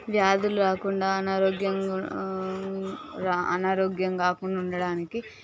వ్యాధులు రాకుండా అనారోగ్యం అనారోగ్యం కాకుండా ఉండటానికి